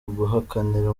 guhakanira